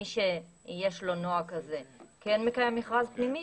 מי שיש לו נוהג כזה כן מקיים מכרז פנימי